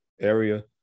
area